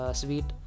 sweet